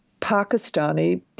Pakistani